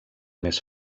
més